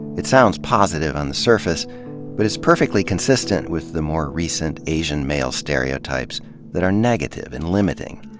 it sounds positive on the surface but is perfectly consistent with the more recent asian male stereotypes that are negative and limiting.